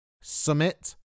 Summit